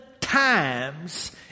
times